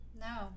no